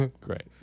Great